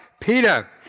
Peter